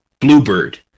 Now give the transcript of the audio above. Bluebird